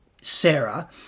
Sarah